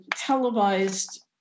televised